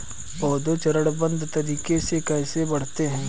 पौधे चरणबद्ध तरीके से कैसे बढ़ते हैं?